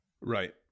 Right